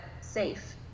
safe